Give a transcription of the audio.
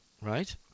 Right